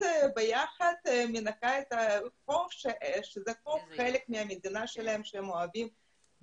מנקה ביחד את החוף שהוא חלק מהמדינה שלהם שהם אוהבים.